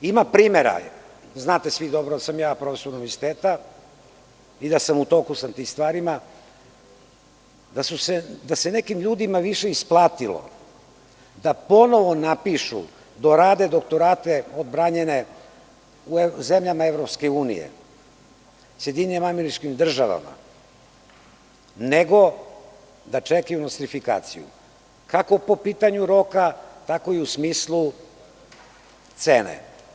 Ima primera, znate svi da sam ja profesor Univerziteta, kao i da sam u toku sa tim stvarima, da se nekim ljudima više isplatilo da ponovo napišu, dorade doktorate odbranjene u zemljama EU, SAD, nego da čekaju nostrifikaciju, kako po pitanju roka, tako i u smislu cene.